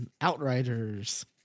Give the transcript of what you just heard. Outriders